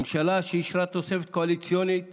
ממשלה שאישרה תוספת קואליציונית